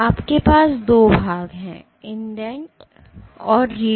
तो आपके पास 2 भाग हैं इंडेंट और retract